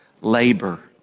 labor